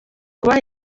kubaha